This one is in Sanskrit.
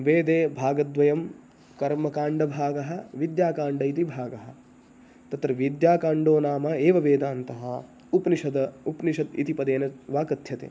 वेदे भागद्वयं कर्मकाण्डभागः विद्याखाण्डः इति भागः तत्र विद्याखाण्डः नाम एव वेदान्तः उपनिषदः उपनिषद् इति पदेन वा कथ्यते